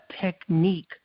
technique